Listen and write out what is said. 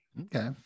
okay